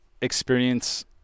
experience